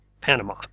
Panama